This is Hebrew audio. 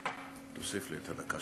תוסיף לי את הדקה